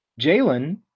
Jalen